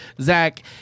Zach